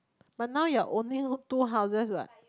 but now you are owning two houses what